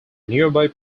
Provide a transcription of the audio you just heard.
nearby